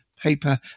paper